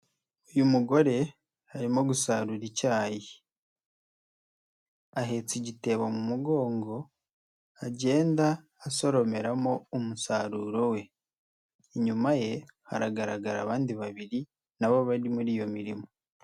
Uyu mugore arimo gusarura icyayi, ahetse igitebo mu mugongo agenda asoromeramo umusaruro we, inyuma ye haragaragara abandi babiri na bo bari muri iyo mirimo.